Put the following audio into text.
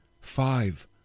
five